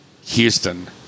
Houston